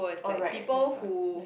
alright that's all that's